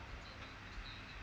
logistics lor